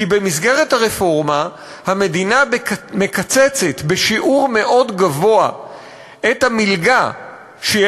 כי במסגרת הרפורמה המדינה מקצצת בשיעור מאוד גבוה את המלגה שהיא